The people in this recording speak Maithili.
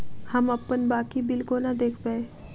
हम अप्पन बाकी बिल कोना देखबै?